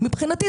מבחינתי,